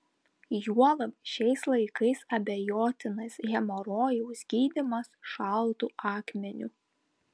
juolab šiais laikais abejotinas hemorojaus gydymas šaltu akmeniu